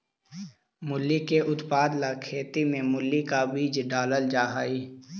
मूली के उत्पादन ला खेत में मूली का बीज डालल जा हई